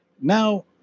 Now